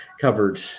covered